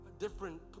Different